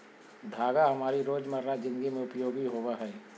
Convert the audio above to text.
धागा हमारी रोजमर्रा जिंदगी में उपयोगी होबो हइ